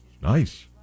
Nice